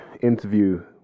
interview